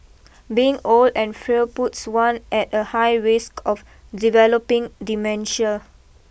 being old and frail puts one at a high risk of developing dementia